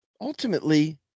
ultimately